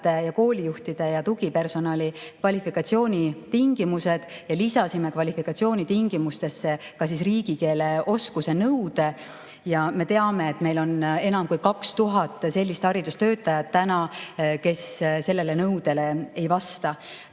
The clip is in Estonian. ja koolijuhtide ja tugipersonali kvalifikatsioonitingimused ja lisasime kvalifikatsioonitingimustesse ka riigikeele oskuse nõude. Me teame, et meil on enam kui 2000 sellist haridustöötajat, kes sellele nõudele ei vasta.